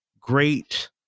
great